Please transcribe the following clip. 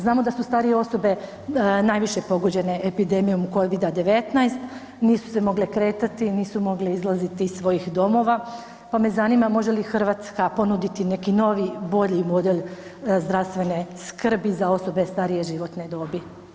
Znamo da su starije osobe najviše pogođene epidemijom Covida-19, nisu se mogle kretati, nisu mogli izlaziti iz svojih domova, pa me zanima može li Hrvatska ponuditi neki novi, bolji model zdravstvene skrbi za osobe starije životne dobi?